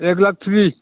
एक लाख थ्रिस